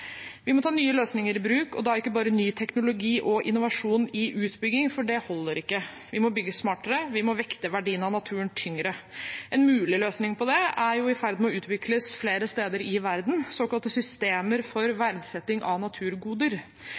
Vi må ta nye løsninger i bruk, og da ikke bare ny teknologi og innovasjon i utbygging, for det holder ikke. Vi må bygge smartere, og vi må vekte verdien av naturen tyngre. En mulig løsning på det er i ferd med å utvikles flere steder i verden: såkalte systemer for verdsetting av naturgoder.